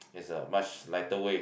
is a much lighter way